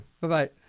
Bye-bye